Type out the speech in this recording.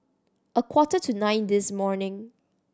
a quarter to nine this morning